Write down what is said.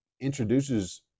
introduces